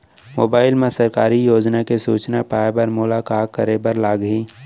mobile मा सरकारी योजना के सूचना पाए बर मोला का करे बर लागही